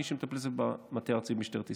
מי שמטפל בזה זה המטה הארצי במשטרת ישראל.